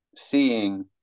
seeing